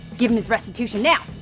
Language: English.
give him his restitution now.